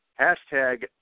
hashtag